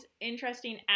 interesting